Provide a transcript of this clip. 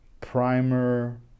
primer